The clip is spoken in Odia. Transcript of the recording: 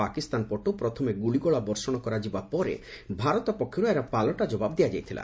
ପାକିସ୍ତାନ ପଟୁ ପ୍ରଥମେ ଗୁଳିଗୋଳା ବର୍ଷଣ କରାଯିବା ପରେ ଭାରତ ପକ୍ଷରୁ ଏହାର ପାଲଟା ଜବାବ ଦିଆଯାଇଥିଲା